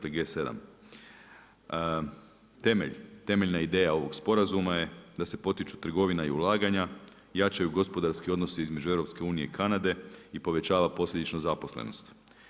Temelj, temeljna ideja ovog sporazuma je da se potiču trgovina i ulaganja, jačaju gospodarski donosi između EU i Kanade i povećava posljedična zaposlenost.